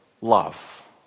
love